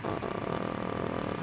err